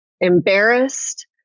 embarrassed